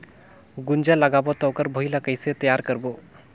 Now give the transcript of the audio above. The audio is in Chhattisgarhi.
गुनजा लगाबो ता ओकर भुईं ला कइसे तियार करबो?